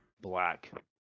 black